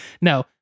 No